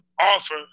offer